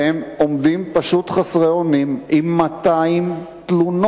והם עומדים פשוט חסרי אונים עם 200 תלונות,